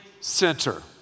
center